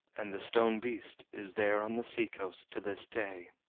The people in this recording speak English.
and the stone beast is there on the sea-coast to this day.